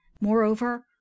Moreover